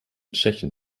tschechien